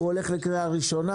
הוא הולך לקריאה ראשונה,